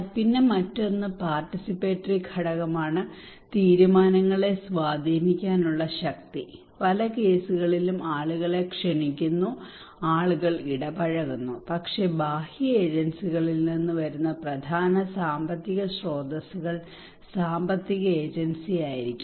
പിന്നെ മറ്റൊരു പാർട്ടിസിപ്പേറ്ററി ഘടകമാണ് തീരുമാനങ്ങളെ സ്വാധീനിക്കാനുള്ള ശക്തി പല കേസുകളിലും ആളുകളെ ക്ഷണിക്കുന്നു ആളുകൾ ഇടപഴകുന്നു പക്ഷേ ബാഹ്യ ഏജൻസികളിൽ നിന്ന് വരുന്ന പ്രധാന സാമ്പത്തിക സ്രോതസ്സുകൾ സാമ്പത്തിക ഏജൻസിയായിരിക്കാം